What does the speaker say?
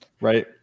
right